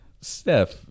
steph